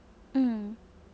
mm